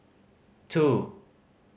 two